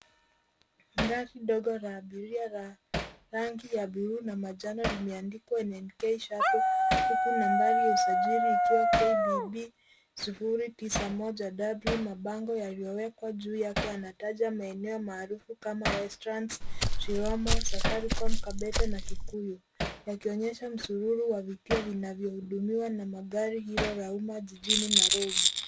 Gari ndogo la abiria la rangi ya buluu na manjano limeandikwa NNK shuttle, huku nambari ya usajili ikiwa KBB 091W. Mabango yaliyowekwa juu yake yanataja maeneo maarufu kama westlands, chiromo, safaricom, kabete na kikuyu, yakionyesha msururu wa vikiwa vinavyohudumiwa na magari hilo la umma jijini Nairobi.